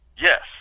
Yes